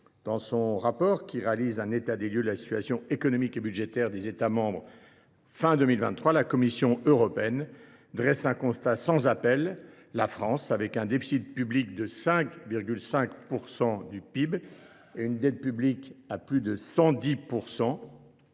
Dans son rapport qui présente un état des lieux de la situation économique et budgétaire des États membres fin 2023, la Commission européenne dresse un constat sans appel : la France, avec un déficit public de 5,5 % du PIB et une dette publique à plus de 110